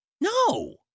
No